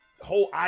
whole